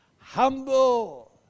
Humble